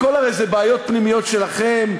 הכול הרי בעיות פנימיות שלכם.